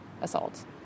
assault